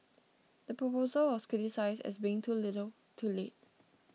the proposal was criticised as being too little too late